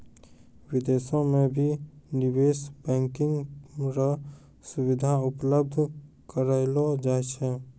विदेशो म भी निवेश बैंकिंग र सुविधा उपलब्ध करयलो जाय छै